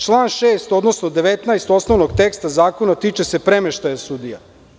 Član 6. odnosno 19. osnovnog teksta zakona tiče se premeštaja sudija.